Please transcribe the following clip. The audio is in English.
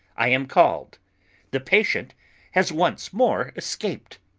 i am called the patient has once more escaped.